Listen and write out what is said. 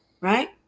right